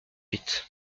huit